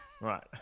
Right